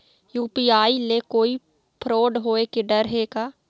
UPI ले कोई fraud होए के डर हे का?